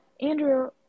Andrew